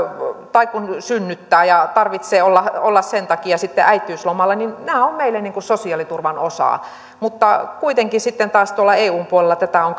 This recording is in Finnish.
tai synnyttää ja tarvitsee olla olla sen takia sitten äitiyslomalla niin nämä ovat meille niin kuin sosiaaliturvan osa mutta kuitenkin sitten taas tuolla eun puolella tätä on